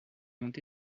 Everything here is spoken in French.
ont